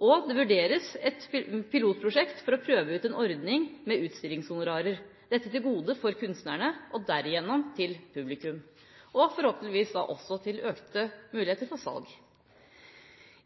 og det vurderes et pilotprosjekt for å prøve ut en ordning med utstillingshonorarer. Dette er til gode for kunstnerne og derigjennom publikum – og forhåpentligvis også til økte muligheter for salg.